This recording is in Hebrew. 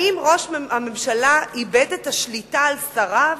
האם ראש הממשלה איבד את השליטה על שריו?